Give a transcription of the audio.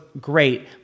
great